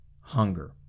hunger